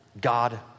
God